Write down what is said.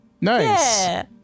Nice